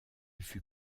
fut